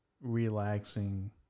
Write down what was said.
relaxing